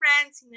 friends